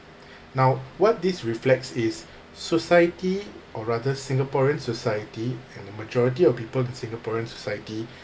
now what this reflects is society or rather singaporean society and the majority of people in singaporean society